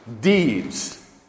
deeds